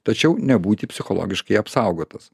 tačiau nebūti psichologiškai apsaugotas